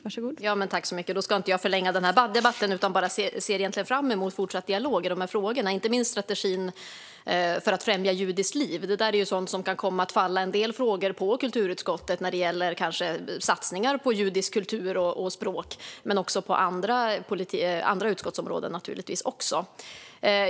Fru talman! Då ska jag inte förlänga debatten. Jag ser fram emot fortsatt dialog i de här frågorna, inte minst när det gäller strategin för att främja judiskt liv. En del sådana frågor kan komma att falla på kulturutskottet, till exempel satsningar på judisk kultur och judiskt språk, men också på andra utskotts områden.